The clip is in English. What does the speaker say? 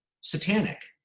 satanic